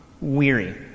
weary